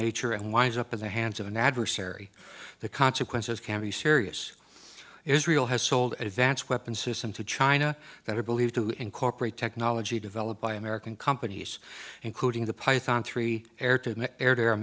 nature and winds up in the hands of an adversary the consequences can be serious israel has sold advanced weapons system to china that are believed to incorporate technology developed by american companies including the python three air